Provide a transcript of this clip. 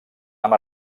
amb